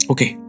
Okay